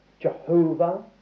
Jehovah